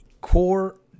core